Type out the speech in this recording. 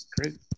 Great